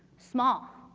small.